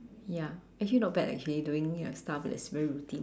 ya actually not bad actually doing ya stuff that's very routine